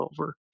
over